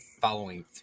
following